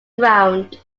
ground